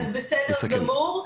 אז בסדר גמור,